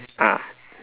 ah